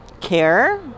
care